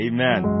Amen